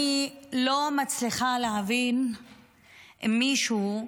אני לא מצליחה להבין אם מישהו,